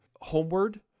Homeward